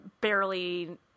Barely